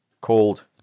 called